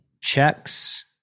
checks